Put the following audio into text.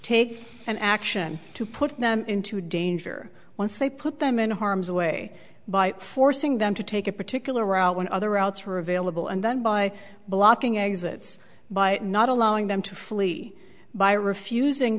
take an action to put them into danger once they put them in harm's way by forcing them to take a particular route when other routes are available and then by blocking exits by not allowing them to flee by refusing